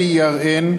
CERN,